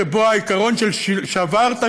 שבו העיקרון של "שברת,